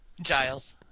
giles